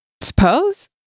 Suppose